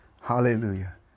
Hallelujah